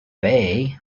bey